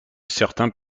certains